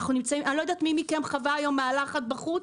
אני לא יודעת מי מכם חווה היום מעלה אחת בחוץ.